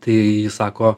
tai sako